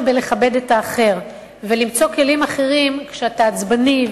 לכבד את האחר ולמצוא כלים אחרים כשאתה עצבני,